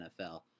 NFL